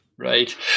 Right